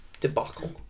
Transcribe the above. Debacle